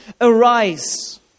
Arise